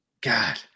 God